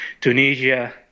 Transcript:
tunisia